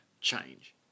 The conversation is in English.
change